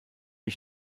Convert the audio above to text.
ich